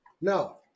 No